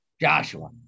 Joshua